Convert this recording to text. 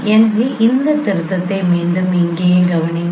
எனவே இந்த திருத்தத்தை மீண்டும் இங்கேயும் கவனியுங்கள்